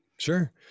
Sure